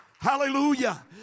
Hallelujah